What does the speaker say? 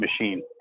machine